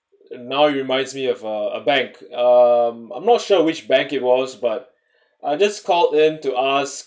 and now you reminds me of a bank um I'm not sure which bank it was but I just called in to ask